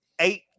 Eight